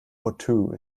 otoo